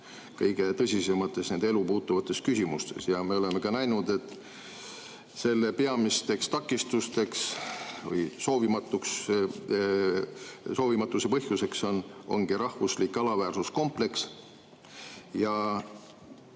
kõige tõsisemates, nende elu puutuvates küsimustes. Me oleme ka näinud, et selle peamisteks takistusteks või soovimatuse põhjuseks ongi rahvuslik alaväärsuskompleks.